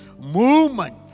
movement